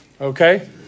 okay